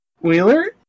Wheeler